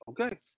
Okay